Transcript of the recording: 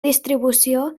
distribució